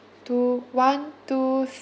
two one two